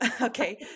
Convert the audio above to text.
Okay